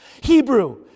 Hebrew